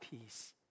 peace